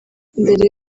mbere